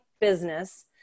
business